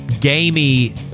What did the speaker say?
gamey